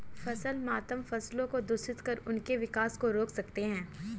फसल मातम फसलों को दूषित कर उनके विकास को रोक सकते हैं